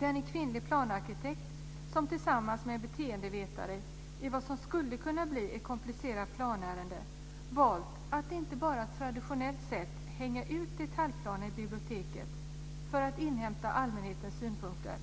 En kvinnlig planarkitekt har tillsammans med en beteendevetare i vad som skulle kunna bli ett komplicerat planärende valt att inte bara på traditionellt sätt hänga ut detaljplanen i biblioteket för att inhämta allmänhetens synpunkter